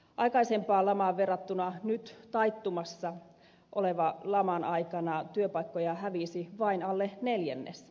aikaisempaan lamaan verrattuna nyt taittumassa olevan laman aikana työpaikkoja hävisi vain alle neljännes